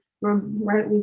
right